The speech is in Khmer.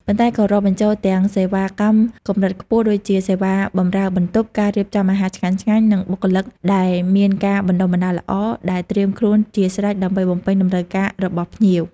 ប៉ុន្តែក៏រាប់បញ្ចូលទាំងសេវាកម្មកម្រិតខ្ពស់ដូចជា សេវាបម្រើបន្ទប់ ការរៀបចំអាហារឆ្ងាញ់ៗ និងបុគ្គលិកដែលមានការបណ្តុះបណ្តាលល្អ ដែលត្រៀមខ្លួនជាស្រេចដើម្បីបំពេញតម្រូវការរបស់ភ្ញៀវ។